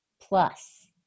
plus